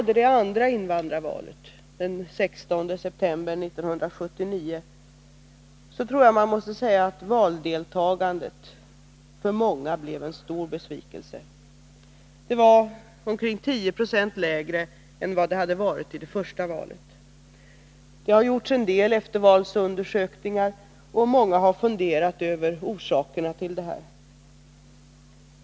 Det andra invandrarvalet, den 16 september 1979, blev däremot från valdeltagandesynpunkt en stor besvikelse för många. Valdeltagandet var omkring 10 9o lägre än vid det första valet. Det har gjorts en del eftervalsundersökningar, och många har funderat över orsakerna.